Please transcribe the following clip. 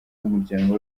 w’umuryango